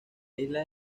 isla